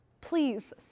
please